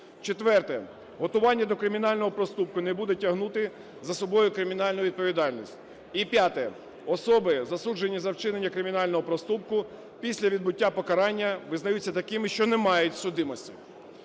Четверте. Готування до кримінального проступку не буде тягнути за собою кримінальну відповідальність. І п'яте. Особи, засуджені за вчинення кримінального проступку, після відбуття покарання визнаються такими, що не мають судимості.